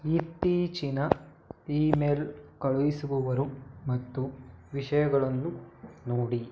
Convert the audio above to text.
ಇತ್ತೀಚಿನ email ಕಳುಹಿಸುವವರು ಮತ್ತು ವಿಷಯಗಳನ್ನು ನೋಡಿ